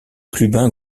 clubin